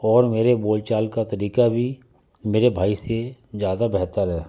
और मेरे बोलचाल का तरीका भी मेरे भाई से ज़्यादा बेहतर है